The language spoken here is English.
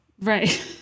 Right